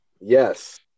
Yes